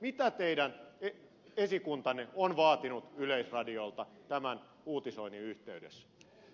mitä teidän esikuntanne on vaatinut yleisradiolta tämän uutisoinnin yhteydessä